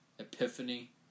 Epiphany